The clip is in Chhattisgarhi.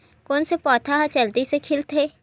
कोन से पौधा ह जल्दी से खिलथे?